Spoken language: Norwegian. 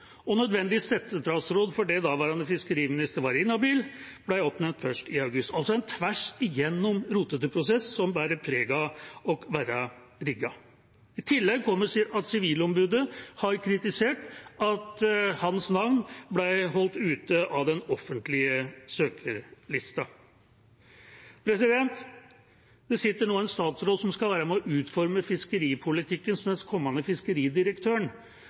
Og nødvendig settestatsråd – fordi daværende fiskeriminister var inhabil – ble oppnevnt først i august. Det var altså en tvers igjennom rotete prosess som bærer preg av å være rigget. I tillegg kommer at Sivilombudet har kritisert at Bakke-Jensens navn ble holdt ute av den offentlige søkerlisten. Det sitter nå en statsråd som skal være med og utforme fiskeripolitikken som den kommende fiskeridirektøren